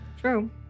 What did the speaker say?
True